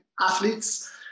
athletes